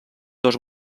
dos